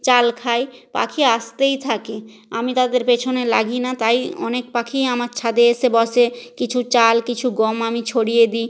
চাল খায় পাখি আসতেই থাকে আমি তাদের পেছনে লাগি না তাই অনেক পাখিই আমার ছাদে এসে বসে কিছু চাল কিছু গম আমি ছড়িয়ে দিই